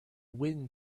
wind